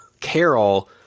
carol